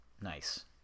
Nice